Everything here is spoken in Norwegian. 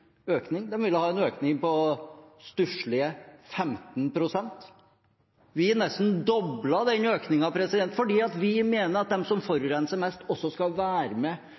økning; de ville ha en økning på stusslige 15 pst. Vi har nesten doblet den økningen, fordi vi mener at de som forurenser mest, også skal være med